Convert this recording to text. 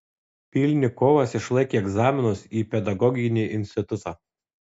pylnikovas išlaikė egzaminus į pedagoginį institutą